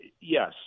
yes